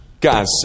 Guys